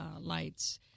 lights